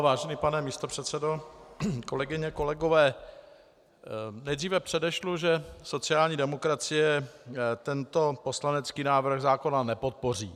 Vážený pane místopředsedo, kolegyně a kolegové, nejdříve předešlu, že sociální demokracie tento poslanecký návrh zákona nepodpoří.